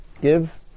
Give